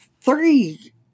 three